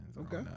Okay